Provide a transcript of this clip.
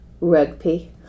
Rugby